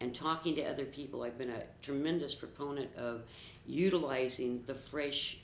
and talking to other people i've been a tremendous proponent of utilizing the fre